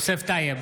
יוסף טייב,